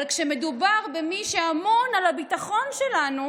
אבל כשמדובר במי שאמון על הביטחון שלנו,